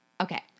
Okay